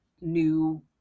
new